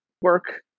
work